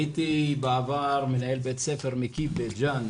הייתי בעבר מנהל בית ספר מקיף בית ג'אן,